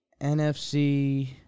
NFC